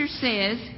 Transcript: says